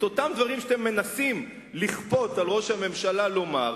את אותם דברים שאתם מנסים לכפות על ראש הממשלה לומר,